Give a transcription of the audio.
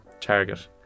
target